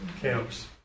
camps